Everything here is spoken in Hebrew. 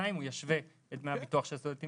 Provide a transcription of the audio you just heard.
לשנתיים הוא ישווה את דמי הביטוח של סטודנטים